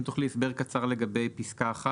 אם תוכלי לתת הסבר קצר לגבי פסקה (1),